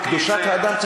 בקדושת האדם,